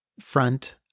front